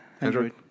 Android